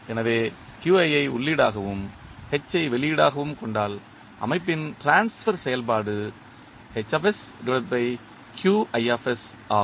எனவே ஐ உள்ளீடாகவும் h ஐ வெளியீடாகவும் கொண்டால் அமைப்பின் டிரான்ஸ்பர் செயல்பாடு ஆகும்